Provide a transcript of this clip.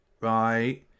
right